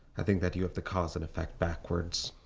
i think that you have the cause and effect backwards.